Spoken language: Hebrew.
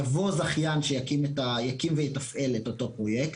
יבוא זכיין שיקים ויתפעל את אותו פרויקט,